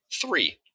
Three